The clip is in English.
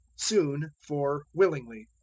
soon for willingly.